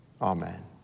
Amen